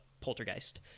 Poltergeist